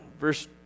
Verse